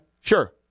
Sure